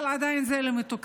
אבל עדיין זה לא מתוקצב.